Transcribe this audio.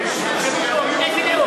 איזה לאום?